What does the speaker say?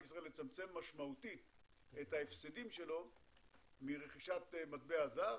לצמצם משמעותית את ההפסדים מרכישת מטבע זר